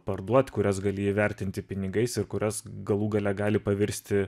parduot kurias gali įvertinti pinigais ir kurias galų gale gali pavirsti